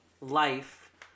life